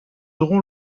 aurons